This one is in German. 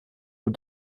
uhr